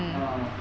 ya ya lor